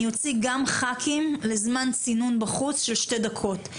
אני אוציא גם ח"כים לזמן צינון בחוץ של שתי דקות.